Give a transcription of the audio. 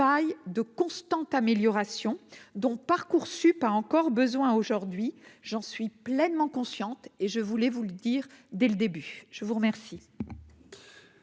de constantes améliorations dont Parcoursup a encore besoin aujourd'hui, j'en suis pleinement consciente et je voulais vous le dire dès le début, je vous remercie.